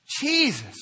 Jesus